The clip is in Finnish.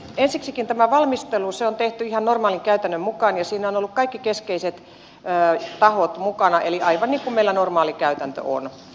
ensiksikin tämä valmistelu on tehty ihan normaalin käytännön mukaan ja siinä ovat olleet kaikki keskeiset tahot mukana eli aivan niin kuin meillä normaalikäytäntö on